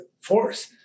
force